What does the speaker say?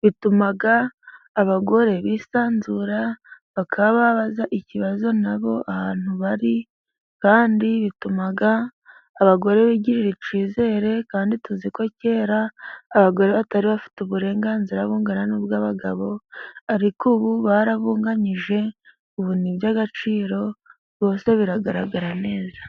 bituma abagore bisanzura bakaba babaza ikibazo nabo abantu bari, kandi bituma abagore bigirira icyizere, kandi tuzi ko kera abagore batari bafite uburenganzira bungana n'ubw'abagabo, ariko ubu barabuganyije, ubu ni iby'agaciro bose biragaragara neza.